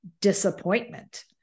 disappointment